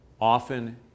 often